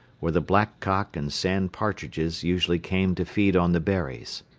where the blackcock and sand partridges usually came to feed on the berries.